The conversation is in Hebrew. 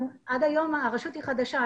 הרשות היא חדשה,